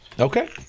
Okay